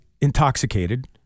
intoxicated